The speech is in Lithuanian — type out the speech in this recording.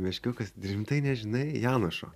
meškiukas rimtai nežinai janušo